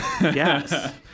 Yes